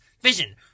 vision